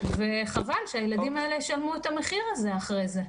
וחבל שהילדים האלה ישלמו את המחיר הזה אחרי זה.